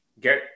get